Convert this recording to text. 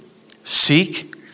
seek